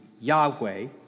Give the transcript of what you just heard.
Yahweh